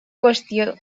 qüestió